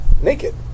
Naked